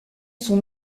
son